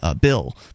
Bill